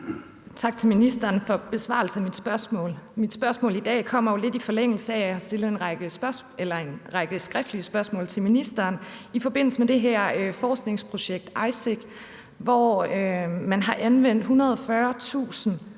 Tak til ministeren for besvarelsen af mit spørgsmål. Mit spørgsmål i dag kommer jo lidt i forlængelse af, at jeg har stillet række skriftlige spørgsmål til ministeren i forbindelse med det her forskningsprojekt iPSYCH, hvor man har anvendt 140.000